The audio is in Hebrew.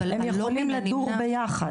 הם יכולים ביחד.